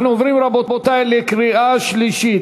אנחנו עוברים, רבותי, לקריאה שלישית.